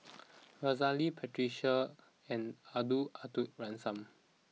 Aziza Ali Patricia and Gordon Arthur Ransome